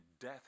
death